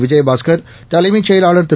விஜயபாஸ்கர் தலைமைச் செயலாளர் திரு